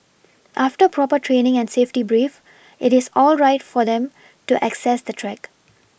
after proper training and safety brief it is all right for them to access the track